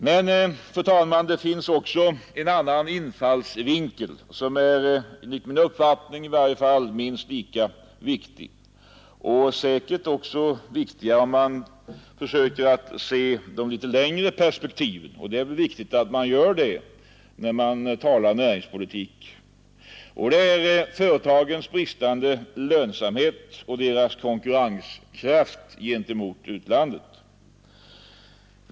Men, fru talman, det finns också en annan infallsvinkel, som i varje fall enligt min uppfattning är minst lika viktig och säkert än viktigare, om man försöker att se de längre perspektiven, vilket är av betydelse att man gör när man talar näringspolitik. Jag avser här företagens bristande lönsamhet och deras konkurrenskraft gentemot utlandet.